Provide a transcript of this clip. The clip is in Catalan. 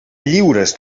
lliures